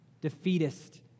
defeatist